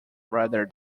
rather